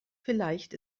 vielleicht